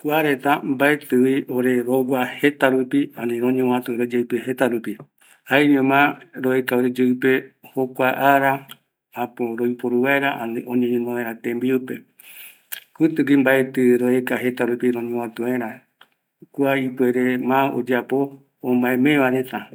Kua reta mbaetɨvi ore rogua jeta rupi, ani roñovatu oreyeɨpe jetarupi, jaeñoma roeka oreyeɨpe jokua ara roiporu vaera, ani oñeñono vaera tembiupe, kutɨ gui mbaetɨ roeka jeta rupi roñovatu vaera, kua oyapo omaemevareta,